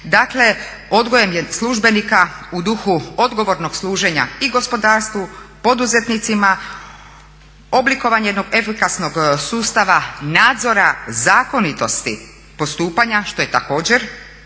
Dakle, odgojem službenika u duhu odgovornog služenja i gospodarstvu, poduzetnicima, oblikovanje jednog efikasnog sustava nadzora zakonitosti postupanja što je također